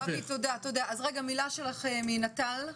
אבי תודה, אז רגע מילה שלכם מנט"ל.